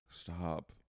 Stop